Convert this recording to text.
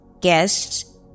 guests